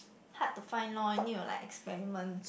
hard to find lor you need to like experiment